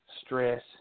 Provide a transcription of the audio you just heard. stress